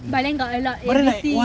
but then got a lot A B C